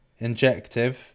Injective